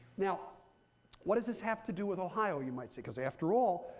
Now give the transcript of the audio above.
now what does this have to do with ohio, you might say, because after all,